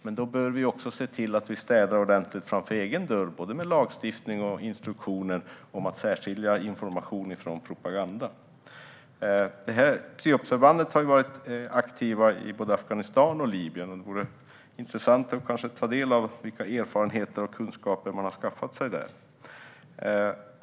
Men då behöver vi också se till att städa ordentligt framför egen dörr, både med lagstiftning och instruktioner om att särskilja information från propaganda. Det här psyopsförbandet har varit aktivt i både Afghanistan och Libyen, och det vore intressant att kanske ta del av vilka erfarenheter och kunskaper man har skaffat sig där.